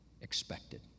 expected